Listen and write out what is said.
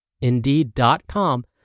Indeed.com